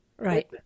Right